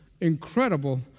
incredible